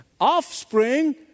Offspring